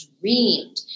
dreamed